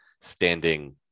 standing